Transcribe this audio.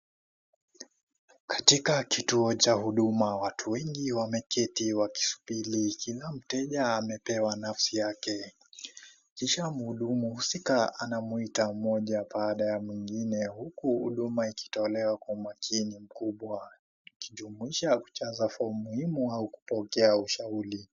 Katika kituo cha huduma watu wengi wameketi wakisubiri, kila mteja amepewa nafsi yake kisha mhudumu mhusika anamuita mmoja baada ya mwingine huku huduma ikitolewa kwa makini mkubwa ikijumuisha kujaza fomu muhimu au kupokea ushauri.